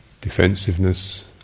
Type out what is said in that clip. defensiveness